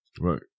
Right